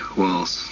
walls